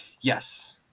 Yes